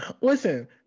Listen